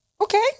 Okay